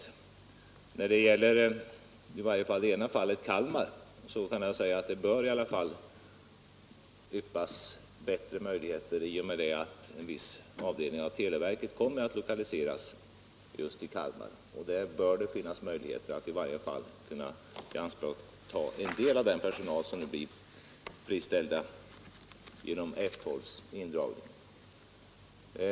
Åtminstone när det gäller det ena fallet, Kalmar, kan jag säga att det bör yppa sig bättre möjligheter i och med att en viss avdelning av televerket kommer att lokaliseras just till Kalmar. Där bör det finnas möjligheter att ianspråkta en del av den personal som blir friställd genom indragningen av F12.